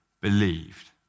believed